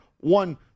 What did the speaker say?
one